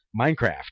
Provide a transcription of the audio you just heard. Minecraft